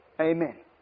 Amen